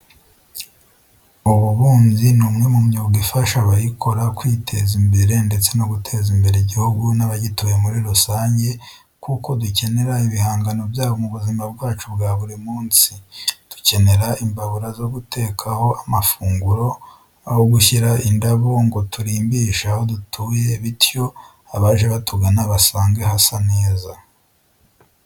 Ububumbyi ni umwe mu myuga ifasha abayikora kwiteza imbere ndetse no guteza imbere igihugu n'abagituye muri rusange kuko dukenera ibihangano byabo mu buzima bwacu bwa buri munsi. Dukenera imbabura zo gutekaho amafunguro, aho gushyira indabo ngo turimbishe aho dutuye bityo abaje batugana basange hasa neza.